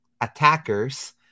Attackers